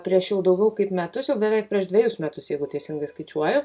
prieš jau daugiau kaip metus jau beveik prieš dvejus metus jeigu teisingai skaičiuoju